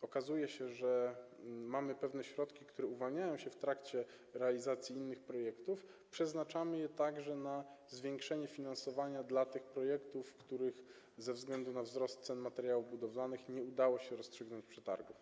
okazuje się, że mamy pewne środki, które uwalniają się w trakcie realizacji innych projektów, przeznaczamy je na zwiększenie finansowania tych projektów, których ze względu na wzrost cen materiałów budowlanych nie udało się rozstrzygnąć w przetargu.